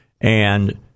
and-